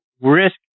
risk